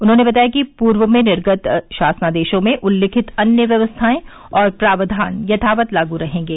उन्होंने बताया कि पूर्व में निर्गत शासनादेशों में उल्लिखित अन्य व्यवस्थाएं और प्रावधान यथावत लागू रहेंगे